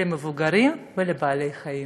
למבוגרים ולבעלי-חיים.